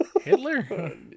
hitler